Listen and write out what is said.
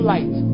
Light